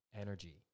energy